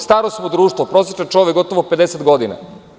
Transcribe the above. Starosno društvo, prosečan čovek, gotovo 50 godina.